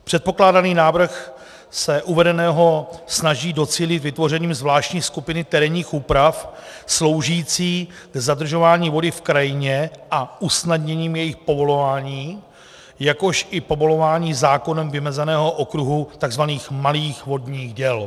Předkládaný návrh se uvedeného snaží docílit vytvořením zvláštní skupiny terénních úprav sloužících k zadržování vody v krajině a usnadněním jejich povolování, jakož i povolování zákonem vymezeného okruhu tzv. malých vodních děl.